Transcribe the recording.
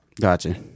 Gotcha